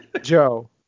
Joe